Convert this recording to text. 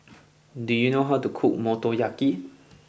do you know how to cook Motoyaki